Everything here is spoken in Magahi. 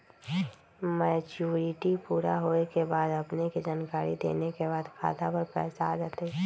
मैच्युरिटी पुरा होवे के बाद अपने के जानकारी देने के बाद खाता पर पैसा आ जतई?